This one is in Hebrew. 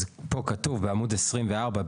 אז פה כתוב בעמוד 24,